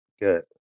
good